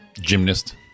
Gymnast